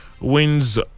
wins